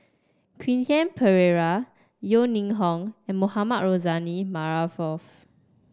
Quentin Pereira Yeo Ning Hong and Mohamed Rozani Maarof